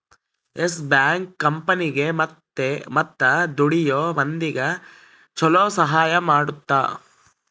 S bank ಕಂಪನಿಗೇ ಮತ್ತ ದುಡಿಯೋ ಮಂದಿಗ ಚೊಲೊ ಸಹಾಯ ಮಾಡುತ್ತ